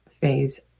phase